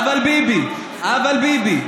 מה אבל ביבי?